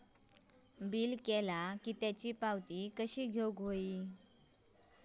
Bill केला की त्याची पावती कशी घेऊची?